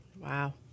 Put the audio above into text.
Wow